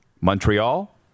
Montreal